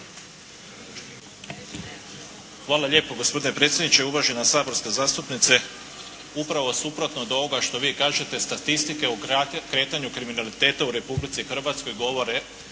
Hvala lijepo gospodine predsjedniče. Uvažena saborska zastupnice, upravo suprotno od ovoga što vi kažete, statistike o kretanju kriminaliteta u Republici Hrvatskoj govore